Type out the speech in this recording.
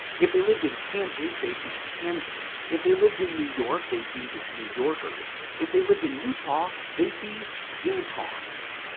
if they lived in kansas they'd be kansan, if they lived in new york they'd be new yorkers, if they lived in utah they'd be utahns.